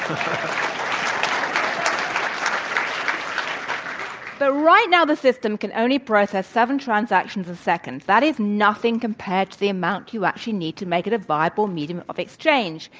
um right now, the system can only process seven transactions a second. that is nothing compared to the amount you actually need to make it a viable medium of exchange.